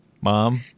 mom